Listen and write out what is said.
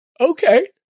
Okay